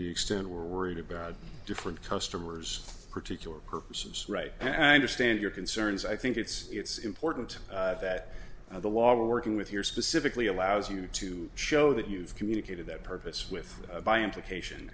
the extent we're worried about different customers particular purposes right and a stand your concerns i think it's it's important that the law working with here specifically allows you to show that you've communicated that purpose with by implication